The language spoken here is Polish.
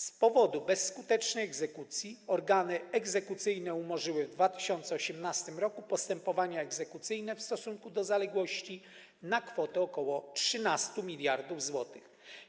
Z powodu bezskutecznej egzekucji organy egzekucyjne umorzyły w 2018 r. postępowania egzekucyjne w stosunku do zaległości na kwotę ok. 13 mld zł.